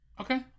okay